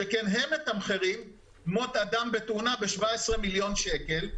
שכן הם מתמחרים מות אדם בתאונה ב-17 מיליון שקל,